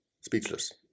speechless